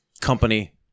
company